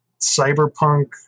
cyberpunk